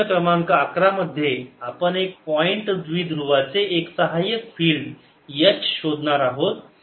प्रश्न क्रमांक 11 मध्ये आपण एका पॉइंट द्वीध्रुवाचे एक सहाय्यक फिल्ड H शोधणार आहोत